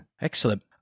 Excellent